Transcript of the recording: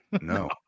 No